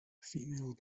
female